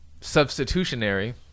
substitutionary